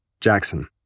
Jackson